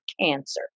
cancer